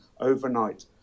overnight